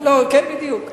כן, בדיוק.